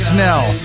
Snell